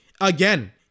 again